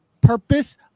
purpose